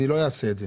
אני לא אעשה את זה.